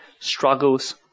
struggles